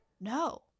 No